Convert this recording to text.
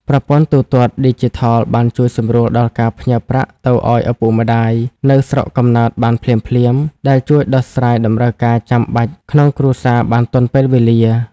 ប្រព័ន្ធទូទាត់ឌីជីថលបានជួយសម្រួលដល់ការផ្ញើប្រាក់ទៅឱ្យឪពុកម្ដាយនៅស្រុកកំណើតបានភ្លាមៗ ដែលជួយដោះស្រាយតម្រូវការចាំបាច់ក្នុងគ្រួសារបានទាន់ពេលវេលា។